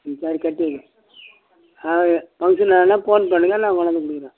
ம் சரி கட்டி வைக்கிறேன் ஆ சரி ஃபங்க்ஷன் ஆனால் ஃபோன் பண்ணுங்க நான் கொண்டாந்து கொடுக்குறேன்